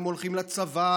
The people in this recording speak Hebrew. הם הולכים לצבא,